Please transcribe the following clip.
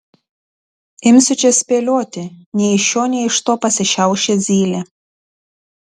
imsiu čia spėlioti nei iš šio nei iš to pasišiaušė zylė